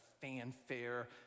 fanfare